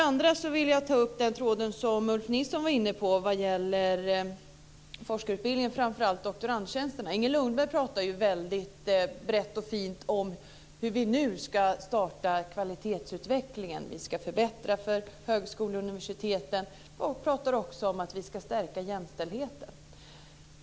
Sedan vill jag ta upp det som Ulf Nilsson var inne på när det gäller forskarutbildningen och framför allt doktorandtjänsterna. Inger Lundberg talar så fint om hur vi nu ska starta kvalitetsutvecklingen. Vi ska förbättra för högskolorna och universiteten. Inger Lundberg pratar också om att vi ska stärka jämställdheten.